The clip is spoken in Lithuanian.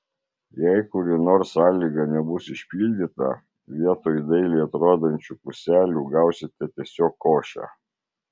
jei kuri nors sąlyga nebus išpildyta vietoj dailiai atrodančių puselių gausite tiesiog košę